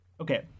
Okay